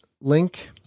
link